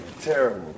terrible